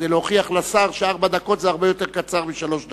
כדי להוכיח לשר שארבע דקות הרבה יותר קצרות משלוש דקות.